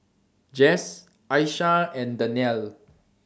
Jess Aisha and Dannielle